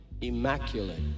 immaculate